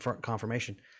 confirmation